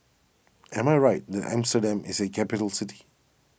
am I right that Amsterdam is a capital city